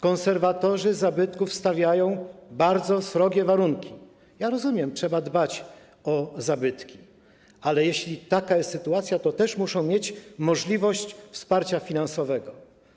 Konserwatorzy zabytków stawiają bardzo srogie warunki, rozumiem, trzeba dbać o zabytki, ale jeśli taka jest sytuacja, to też muszą oni mieć możliwość uzyskania wsparcia finansowego.